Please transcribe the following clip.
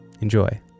Enjoy